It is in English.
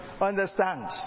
understand